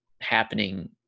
happening